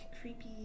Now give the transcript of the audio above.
creepy